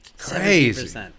crazy